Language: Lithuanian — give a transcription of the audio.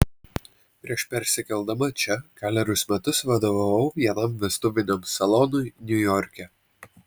prieš persikeldama čia kelerius metus vadovavau vienam vestuviniam salonui niujorke